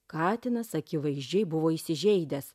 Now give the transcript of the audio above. katinas akivaizdžiai buvo įsižeidęs